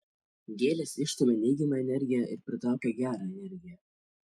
gėlės išstumia neigiamą energiją ir pritraukia gerą energiją